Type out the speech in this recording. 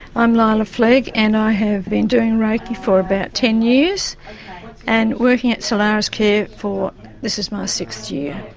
i'm lila flegg and i have been doing reiki for about ten years and working at solariscare for this is my sixth year.